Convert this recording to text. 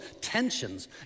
tensions